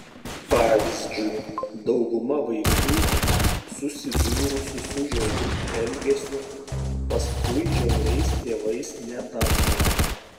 pavyzdžiui dauguma vaikų susidūrusių su žiauriu elgesiu paskui žiauriais tėvais netampa